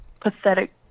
pathetic